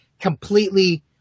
completely